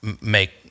make